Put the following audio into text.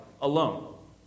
alone